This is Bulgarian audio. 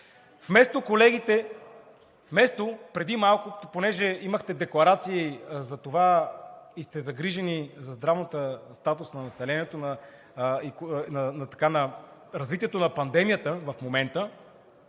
Нищо повече! Преди малко, понеже имахте декларации за това и сте загрижени за здравния статус на населението и развитието на пандемията в момента,